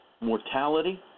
mortality